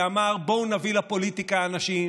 שאמר: בואו נביא לפוליטיקה אנשים